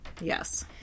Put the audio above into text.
yes